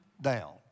down